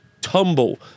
tumble